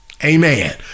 Amen